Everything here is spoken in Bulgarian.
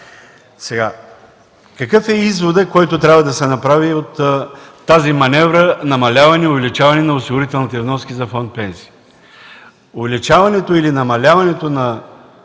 Какъв е изводът, който трябва да се направи от тази маневра – намаляване и увеличаване на осигурителните вноски за Фонд „Пенсии”?